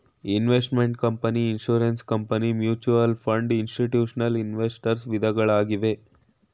investment company, insurance company, mutual fund, institutional investors ವಿಧಗಳಾಗಿವೆ